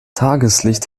tageslicht